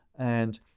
and